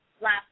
last